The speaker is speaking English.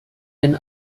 been